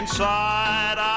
Inside